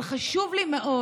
אבל חשוב לי מאוד